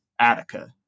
Attica